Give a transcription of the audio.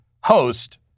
host